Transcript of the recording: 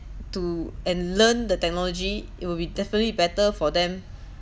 to and learn the technology it will be definitely better for them